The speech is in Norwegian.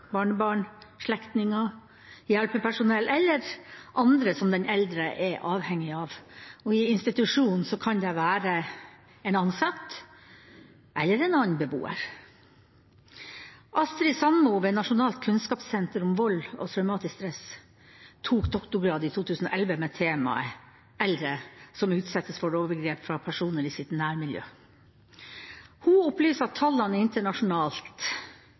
barnebarn, slektninger, hjelpepersonell eller andre som den eldre er avhengig av. I institusjon kan det være en ansatt eller en annen beboer. Astrid Sandmoe ved Nasjonalt kunnskapssenter om vold og traumatisk stress tok doktorgrad i 2011 med temaet «Eldre som utsettes for overgrep fra personer i sitt nærmiljø». Hun opplyser at tallene internasjonalt